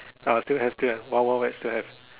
uh still have still have wild Wild wet still have